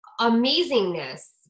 amazingness